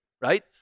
right